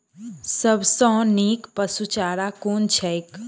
सबसँ नीक पशुचारा कुन छैक?